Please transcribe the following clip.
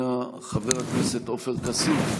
חוץ ממשכורות מורים והתחייבויות קשיחות,